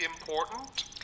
important